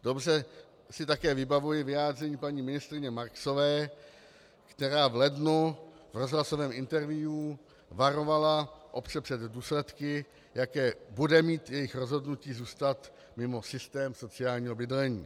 Dobře si také vybavuji vyjádření paní ministryně Marksové, která v lednu v rozhlasovém interview varovala obce před důsledky, jaké bude mít jejich rozhodnutí zůstat mimo systém sociálního bydlení.